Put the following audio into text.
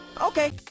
Okay